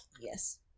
Yes